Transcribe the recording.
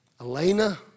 Elena